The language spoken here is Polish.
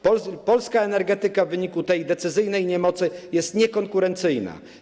Polska energetyka w wyniku tej decyzyjnej niemocy jest niekonkurencyjna.